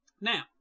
Now